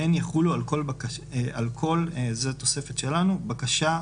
והן יחולו על כל זאת תוספת שלנו - בקשה,